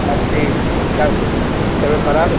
آپ کی کیا طبیعت خراب ہے